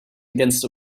against